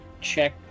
check